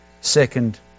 second